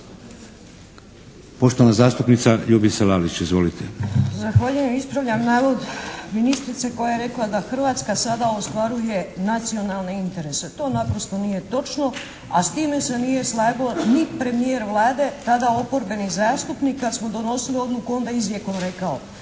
Poštovana zastupnica Ljubica Lalić. Izvolite. **Lalić, Ljubica (HSS)** Zahvaljujem. Ispravljam navod ministrice koja je rekla da Hrvatska sada ostvaruje nacionalne interese. To naprosto nije točno. A s time se nije slagao ni premijer Vlade, tada oporbenih zastupnika, kad smo donosili odluku onda izrijekom rekao.